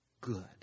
good